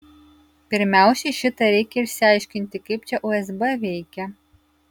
pirmiausiai šitą reikia išsiaiškinti kaip čia usb veikia